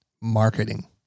marketing